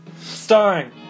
Starring